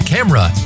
Camera